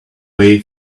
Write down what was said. way